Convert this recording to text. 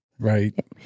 Right